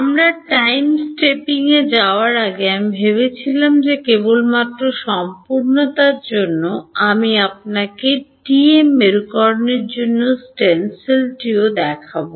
আমরা টাইম স্টেপিংয়ে যাওয়ার আগে আমি ভেবেছিলাম যে কেবলমাত্র সম্পূর্ণতার জন্য আমি আপনাকে টিএম মেরুকরণের জন্য স্টেনসিলটিও দেখাব